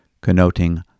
connoting